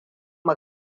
mu